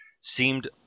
seemed